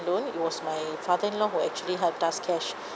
loan it was my father in law who actually helped us cash